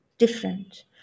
different